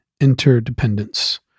interdependence